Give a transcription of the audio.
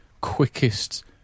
quickest